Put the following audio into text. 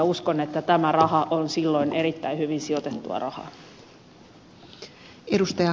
uskon että tämä raha on silloin erittäin hyvin sijoitettua rahaa